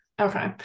Okay